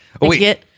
Wait